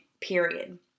period